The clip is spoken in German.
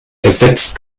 ersetzt